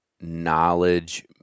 knowledge